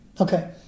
Okay